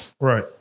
Right